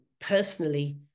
personally